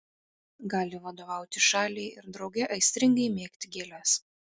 gali vadovauti šaliai ir drauge aistringai mėgti gėles